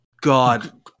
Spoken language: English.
god